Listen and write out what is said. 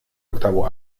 octavo